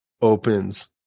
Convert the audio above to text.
opens